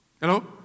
Hello